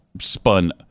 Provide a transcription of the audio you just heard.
Spun